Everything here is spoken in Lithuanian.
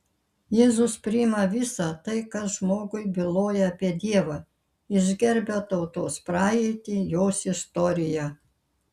jėzus priima visa tai kas žmogui byloja apie dievą jis gerbia tautos praeitį jos istoriją